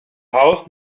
haus